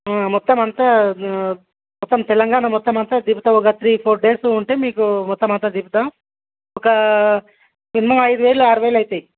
మొత్తం అంతా మొత్తం తెలంగాణ మొత్తం అంతా తిప్పుతాను ఒక త్రీ ఫోర్ డేస్ ఉంటే మీకు మొత్తం అంతా తిప్పుతాము ఒక మినిమం ఐదు వేలు ఆరు వేలు అవుతాయి